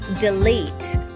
delete